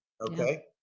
Okay